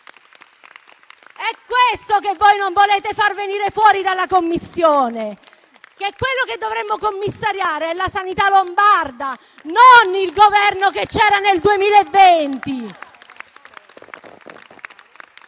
È questo che voi non volete far venire fuori dalla Commissione: quella che dovremmo commissariare è la sanità lombarda, non il Governo che c'era nel 2020.